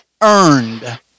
earned